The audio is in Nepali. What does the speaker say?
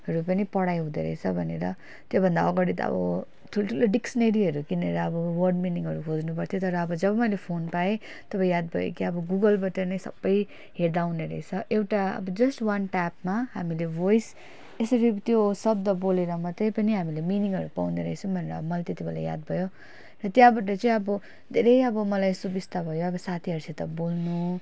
हरू पनि पढाइ हुँदोरहेछ भनेर त्योभन्दा अगाडि त अबो ठुल्ठुलो डिक्सनेरीहरू किनेर अब वर्ड मिनिङहरू खोज्नु पर्थ्यो तर जब मैले फोन पाएँ तब याद भयो कि अब गुगलबाट नै सबै हेर्दा हुने रहेछ एउटा अब जस्ट वान ट्याबमा हामीले भोइस यसरी त्यो शब्द बोलेर मात्रै पनि हामीले मिनिङहरू पाउँदो रहेछौँ भनेर मलाई त्यतिबेला याद भयो त्यहाँबाट चाहिँ अब धेरै अब मलाई सुविस्ता भयो अब साथीहरूसित बोल्नु